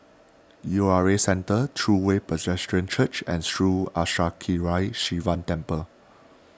U R A Centre True Way Presbyterian Church and Sri Arasakesari Sivan Temple